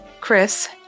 Chris